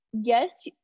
yes